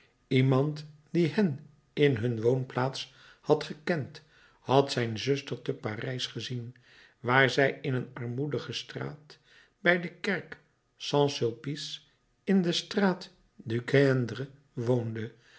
iemand die hen in hun woonplaats had gekend had zijn zuster te parijs gezien waar zij in een armoedige straat bij de kerk st sulpce in de straat